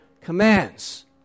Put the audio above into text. commands